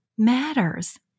matters